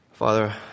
Father